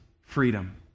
freedom